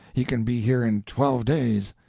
he can be here in twelve days.